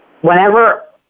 whenever